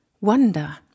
wonder